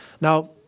Now